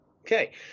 Okay